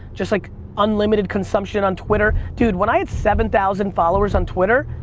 just like unlimited consumption on twitter. dude, when i had seven thousand followers on twitter,